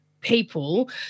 people